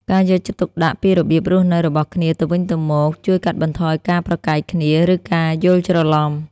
ការយកចិត្តទុកដាក់ពីរបៀបរស់នៅរបស់គ្នាទៅវិញទៅមកជួយកាត់បន្ថយការប្រកែកគ្នា ឬការយល់ច្រឡំ។